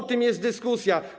O tym jest dyskusja.